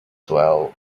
swell